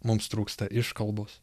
mums trūksta iškalbos